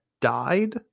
died